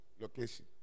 location